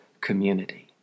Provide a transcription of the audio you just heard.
community